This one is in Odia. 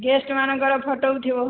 ଗେଷ୍ଟ ମାନଙ୍କର ଫଟୋ ଉଠିବ